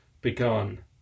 begun